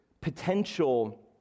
potential